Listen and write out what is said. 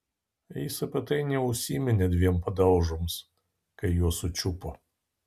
jis apie tai neužsiminė dviem padaužoms kai juos sučiupo